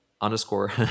underscore